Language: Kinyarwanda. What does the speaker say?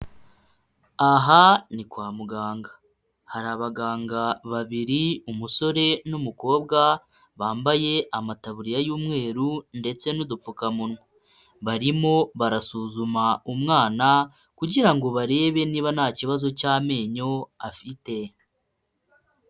Aha ni kwa muganga, hari abaganga babiri umusore n'umukobwa bambaye amataburiya y'umweru ndetse n'udupfukamunwa, barimo barasuzuma umwana kugira ngo barebe niba ntakibazo cy'amenyo afite.